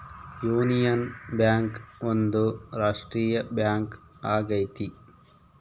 union Bank ಒಂದು ರಾಷ್ಟ್ರೀಯ bank ಆಗೈತಿ